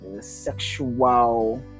sexual